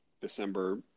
December